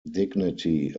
dignity